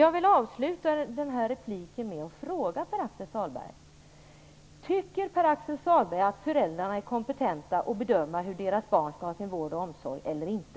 Jag vill avsluta den här repliken genom att fråga Pär-Axel Sahlberg: Tycker Pär-Axel Sahlberg att föräldrarna är kompetenta att bedöma vad deras barn skall ha för vård och omsorg eller inte?